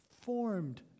formed